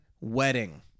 Wedding